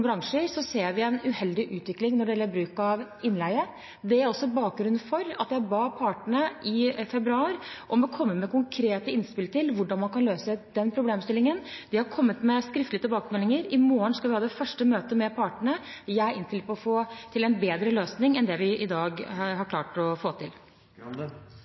bransjer ser en uheldig utvikling når det gjelder bruk av innleie. Det er også bakgrunnen for at jeg ba partene i februar om å komme med konkrete innspill til hvordan man kan løse den problemstillingen. De har kommet med skriftlige tilbakemeldinger. I morgen skal vi ha det første møtet med partene. Jeg er innstilt på å få til en bedre løsning enn det vi i dag har klart å få til.